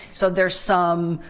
so, there's some,